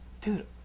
Dude